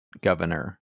governor